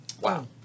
wow